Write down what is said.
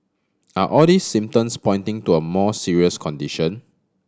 are all these symptoms pointing to a more serious condition